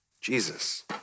Jesus